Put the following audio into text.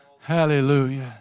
Hallelujah